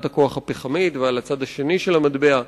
הכוח הפחמית ועל הצד השני של המטבע,